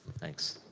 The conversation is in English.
thanks.